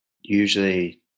usually